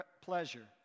pleasure